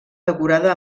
decorada